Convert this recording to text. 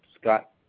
Scott